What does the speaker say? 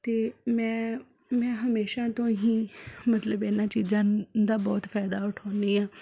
ਅਤੇ ਮੈਂ ਮੈਂ ਹਮੇਸ਼ਾ ਤੋਂ ਹੀ ਮਤਲਬ ਇਹਨਾਂ ਚੀਜ਼ਾਂ ਦਾ ਬਹੁਤ ਫਾਇਦਾ ਉਠਾਉਂਦੀ ਹਾਂ